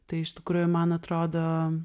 tai iš tikrųjų man atrodo